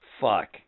Fuck